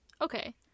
Okay